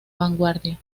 vanguardia